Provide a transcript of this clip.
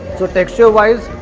so texture wise,